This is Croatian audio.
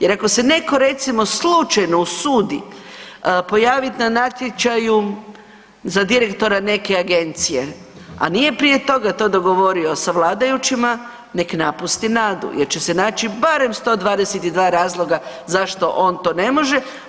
Jer ako se netko recimo slučajno usudi pojaviti na natječaju za direktora neke agencije, a nije prije toga to dogovorio sa vladajućima neka napusti nadu, jer će se naći barem 122 razloga zašto on to ne može.